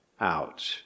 out